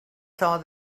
saw